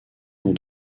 dans